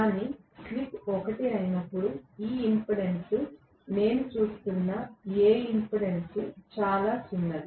కానీ స్లిప్ 1 అయినప్పుడు ఈ ఇంపెడెన్స్ నేను చూస్తున్న ఏ ఇంపెడెన్స్ చాలా చిన్నది